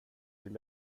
till